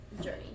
journey